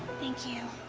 thank you.